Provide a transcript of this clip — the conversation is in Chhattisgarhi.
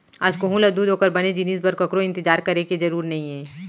आज कोहूँ ल दूद ओकर बने जिनिस बर ककरो इंतजार करे के जरूर नइये